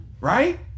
Right